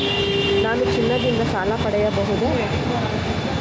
ನಾನು ಚಿನ್ನದಿಂದ ಸಾಲ ಪಡೆಯಬಹುದೇ?